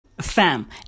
Fam